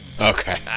Okay